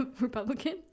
republican